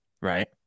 right